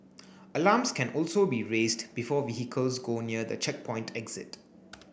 alarms can also be raised before vehicles go near the checkpoint exit